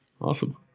Awesome